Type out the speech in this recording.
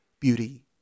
beauty